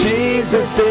Jesus